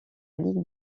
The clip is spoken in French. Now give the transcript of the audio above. ligue